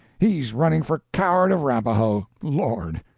he's running for coward of rapaho lord,